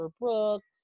Brooks